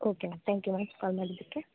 okay ma'am thank you ma'am call ಮಾಡಿದ್ದಕ್ಕೆ